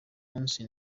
munsi